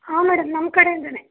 ಹಾಂ ಮೇಡಮ್ ನಮ್ಮ ಕಡೆಯಿಂದನೇ